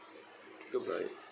goodbye